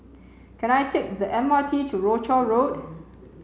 can I take the M R T to Rochor Road